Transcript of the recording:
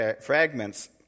fragments